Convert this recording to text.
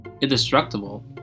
indestructible